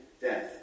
death